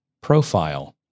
profile